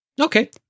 Okay